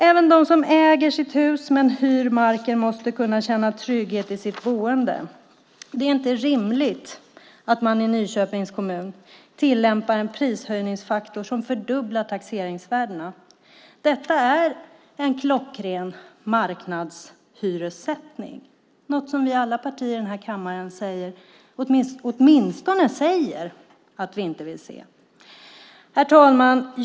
Även de som äger sitt hus men hyr marken måste kunna känna trygghet i sitt boende. Det är inte rimligt att man i Nyköpings kommun tillämpar en prishöjningsfaktor som fördubblar taxeringsvärdena. Detta är en klockren marknadshyressättning, något som vi alla partier i den här kammaren åtminstone säger att vi inte vill se. Herr talman!